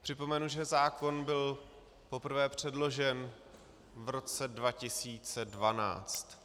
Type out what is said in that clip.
Připomenu, že zákon byl poprvé předložen v roce 2012.